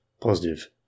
Positive